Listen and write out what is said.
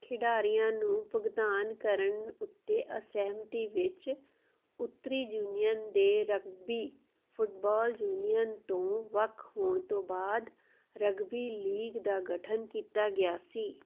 ਖਿਡਾਰੀਆਂ ਨੂੰ ਭੁਗਤਾਨ ਕਰਨ ਉੱਤੇ ਅਸਹਿਮਤੀ ਵਿੱਚ ਉੱਤਰੀ ਯੂਨੀਅਨ ਦੇ ਰਗਬੀ ਫੁੱਟਬਾਲ ਯੂਨੀਅਨ ਤੋਂ ਵੱਖ ਹੋਣ ਤੋਂ ਬਾਅਦ ਰਗਬੀ ਲੀਗ ਦਾ ਗਠਨ ਕੀਤਾ ਗਿਆ ਸੀ